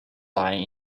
lying